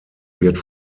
wird